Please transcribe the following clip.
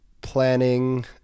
planning